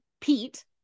Pete